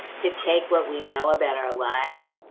to take what we know about our lives,